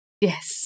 Yes